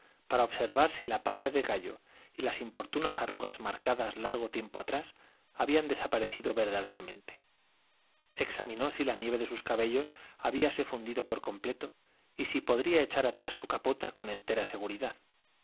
para observar si la pata de gallo y las importunas arrugas marcadas largo tiempo atrás habían desaparecido verdaderamente examinó si la nieve de sus cabellos habíase fundido por completo y si podría echar atrás su capota con entera seguridad